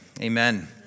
amen